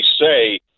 say